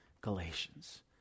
Galatians